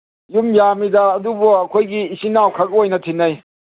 ꯌꯨꯝ ꯌꯥꯝꯃꯤꯗ ꯑꯗꯨꯕꯨ ꯑꯩꯈꯣꯏꯒꯤ ꯏꯆꯤꯟ ꯏꯅꯥꯎꯈꯛ ꯑꯣꯏꯅ ꯊꯤꯟꯅꯩ